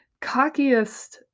cockiest